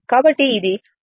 కాబట్టి ఇది 35